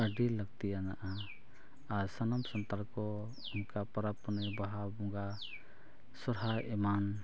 ᱟᱹᱰᱤ ᱞᱟᱹᱠᱛᱤᱭᱟᱱᱟᱜᱼᱟ ᱟᱨ ᱥᱟᱱᱟᱢ ᱥᱟᱱᱛᱟᱲ ᱠᱚ ᱚᱱᱠᱟ ᱯᱟᱨᱟᱵᱽ ᱯᱩᱱᱟᱹᱭ ᱵᱟᱦᱟ ᱵᱚᱸᱜᱟ ᱥᱚᱨᱦᱟᱭ ᱮᱢᱟᱱ